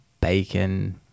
bacon